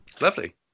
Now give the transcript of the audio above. lovely